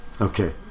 okay